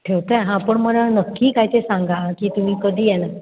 ठेवताय हा पण मला नक्की काय ते सांगा की तुम्ही कधी येणार